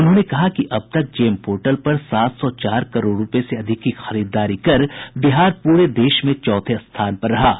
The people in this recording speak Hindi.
उन्होंने कहा कि अब तक जेम पोर्टल पर सात सौ चार करोड़ रूपये से अधिक की खरीददारी कर बिहार पूरे देश में चौथे स्थान पर है